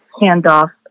handoff